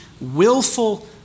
willful